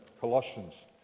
Colossians